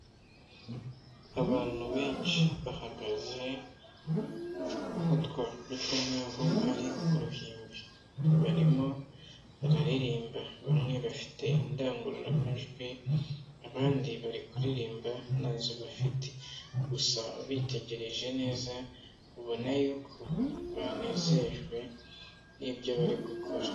Abantu benshi bahagaze aho twa kwita nk'aho ari ku ruhimbi. Barimo bararirimba bamwe bafite indangururamajwi, abandi bari kuririmba ntazo bafite. Gusa ubitegereje neza ubona yuko banezejwe n'ibyo bari gukora.